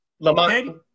Lamont